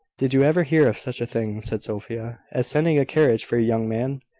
did you ever hear of such a thing, said sophia, as sending a carriage for a young man?